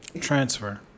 Transfer